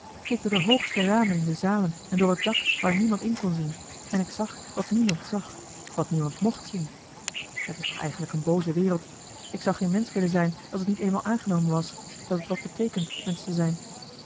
door de hoogste ramen in de zalen en door het dak waar niemand in kon zien en ik zag wat niemand zag wat niemand mocht zien het is toch eigenlijk een booze wereld ik zou geen mensch willen zijn als het niet eenmaal aangenomen was dat het wat beteekent mensch te zijn